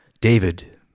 David